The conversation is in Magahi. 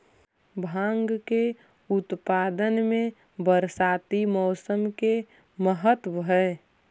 भाँग के उत्पादन में बरसाती मौसम के महत्त्व हई